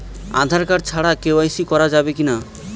Aadhaar card ছাড়া KYC করা যাবে কি না?